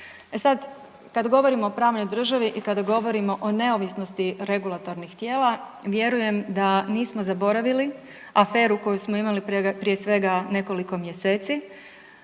kada govorimo o pravnoj državi i kada govorimo o neovisnosti regulatornih tijela vjerujem da nismo zaboravili aferu koju smo imali prije svega nekoliko mjeseci